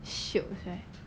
shiok right